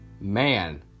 Man